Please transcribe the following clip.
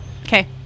Okay